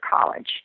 college